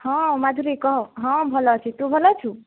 ହଁ ମାଧୁରୀ କହ ହଁ ଭଲ ଅଛି ତୁ ଭଲ ଅଛୁ